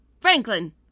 Franklin